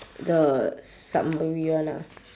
the summary one ah